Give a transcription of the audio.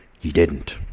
he didn't.